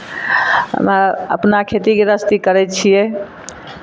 हमरा अपना खेती गृहस्थी करै छियै